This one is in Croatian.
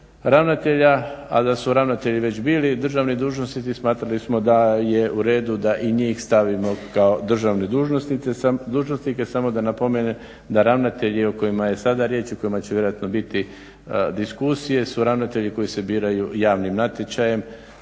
ravnatelja, a da su ravnatelji već bili državni dužnosnici, smatrali smo da je u redu da i njih stavimo kao državne dužnosnike. Samo da napomenem da ravnatelji o kojima je sada riječi i o kojima će vjerojatno biti diskusije su ravnatelji koji se biraju javnim natječajem